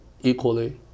equally